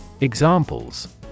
Examples